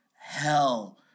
hell